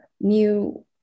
new